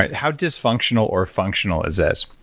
how dysfunctional or functional is this?